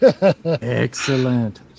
Excellent